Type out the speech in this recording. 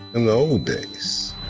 in the old days